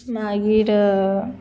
मागीर